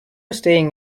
staying